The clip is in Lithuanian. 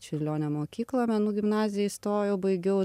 čiurlionio mokyklą menų gimnaziją įstojau baigiau